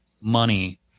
money